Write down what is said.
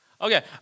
Okay